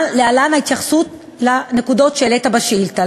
להלן ההתייחסות לנקודות שהעלית בשאילתה: